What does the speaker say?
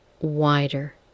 Wider